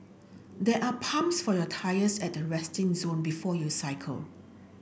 there are pumps for your tyres at the resting zone before you cycle